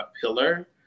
pillar